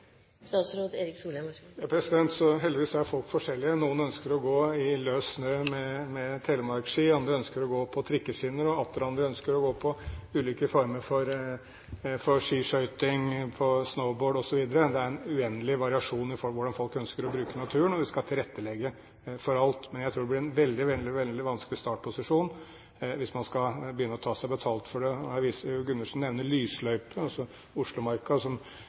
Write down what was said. Heldigvis er folk forskjellige. Noen ønsker å gå i løs snø med telemarksski, andre ønsker å gå på «trikkeskinner», og atter andre ønsker ulike former for skiskøyting, stå på snowboard osv. Det er en uendelig variasjon i hvordan folk ønsker å bruke naturen, og vi skal tilrettelegge for alt. Men jeg tror det blir en veldig, veldig vanskelig startposisjon hvis man skal begynne å ta seg betalt for det. Gundersen nevner lysløypene. Oslomarka, som jeg